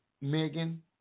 Megan